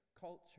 culture